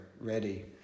ready